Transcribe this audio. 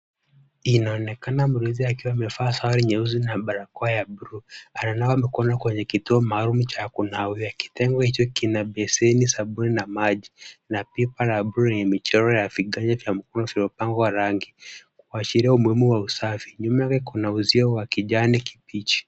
Inaonekana mlinzi akiwa amevaa sare nyusi na barakoa ya bluu. Anaona mikono kwenye kituo maalum cha kunaulia. Kitengo hicho kina beseni, sabuni na maji, na pipa la bluu lene michora ya viganja vya mkono vimepakwa rangi kuashiria umuhimu wa usafi. Nyuma yake kuna uzio wa kijani kibichi.